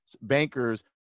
bankers